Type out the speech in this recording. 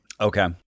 Okay